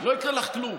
לא יקרה לך כלום.